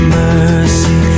mercy